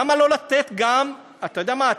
למה לא לתת גם, אתה יודע מה?